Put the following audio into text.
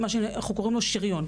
אנחנו קוראים לו שריון.